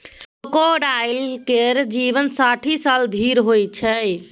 crocodile केर जीबन साठि साल धरि होइ छै